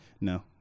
No